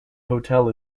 hotel